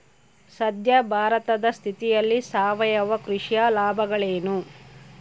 ಸದ್ಯ ಭಾರತದ ಸ್ಥಿತಿಯಲ್ಲಿ ಸಾವಯವ ಕೃಷಿಯ ಲಾಭಗಳೇನು?